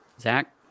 Zach